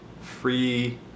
free